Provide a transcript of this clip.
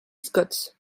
scots